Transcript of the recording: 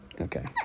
Okay